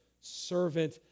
servant